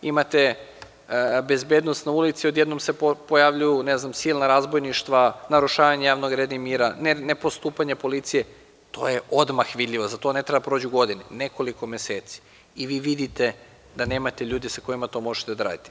Imate bezbednost na ulici odjednom se pojavljuju, ne znam silna razbojništva, narušavanje javnog reda i mire, ne postupanja policije, to je odmah vidljivo za to ne treba da prođu godine, nekoliko meseci i vi vidite da nemate ljude sa kojima to možete da radite.